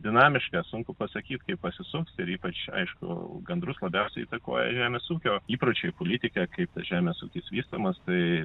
dinamiška sunku pasakyt kaip pasisuks ir ypač aišku gandrus labiausiai įtakoja žemės ūkio įpročiai politika kaip tas žemės ūkis vystomas tai